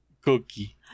cookie